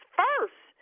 first